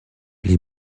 les